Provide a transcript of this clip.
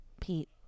Pete